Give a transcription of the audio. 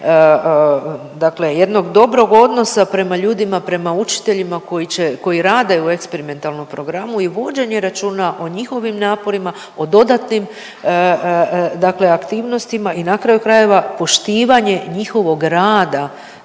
dakle jednog dobrog odnosa prema ljudima prema učiteljima koji će, koji rade u eksperimentalnom programu i vođenje računa o njihovim naporima, o dodanim dakle aktivnosti i na kraju krajeva, poštivanje njihovog rada